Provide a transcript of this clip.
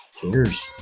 Cheers